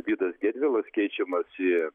vydas gedvilas keičiamas į